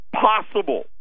possible